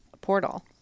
portal